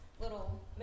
little